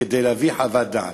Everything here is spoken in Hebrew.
כדי להביא חוות דעת,